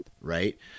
right